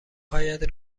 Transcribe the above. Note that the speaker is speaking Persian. هایت